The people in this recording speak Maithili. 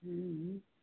हँ हँ